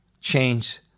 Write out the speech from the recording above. change